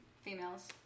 females